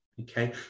Okay